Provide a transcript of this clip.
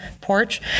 porch